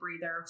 breather